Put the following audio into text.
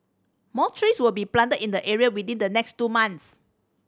more trees will be planted in the area within the next two months